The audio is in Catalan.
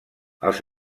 els